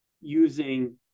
using